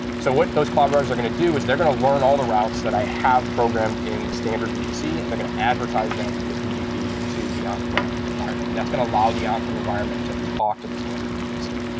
so what those cloud routers are going to do is they're going to learn all the routes that i have programmed in the standard vpc. and they're going to advertise them via bgp to the on-prem environment. and that's going to allow the on-prem environment to talk to the standard vpc.